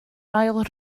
ail